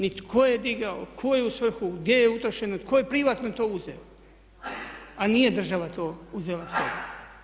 Ni tko je digao, u koju svrhu, gdje je utrošeno i tko je privatno to uzeo a nije država to uzela sebi.